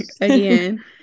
again